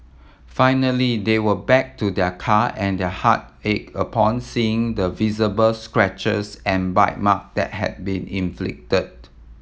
finally they went back to their car and their heart ached upon seeing the visible scratches and bite mark that had been inflicted